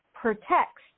Protects